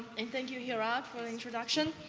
and thank you, hirad, for introduction.